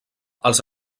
els